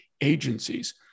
agencies